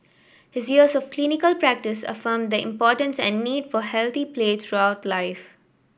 his years of clinical practice affirmed the importance and need for healthy play throughout life